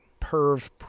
perv